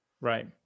Right